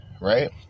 right